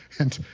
and,